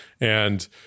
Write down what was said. And-